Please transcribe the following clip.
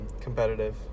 Competitive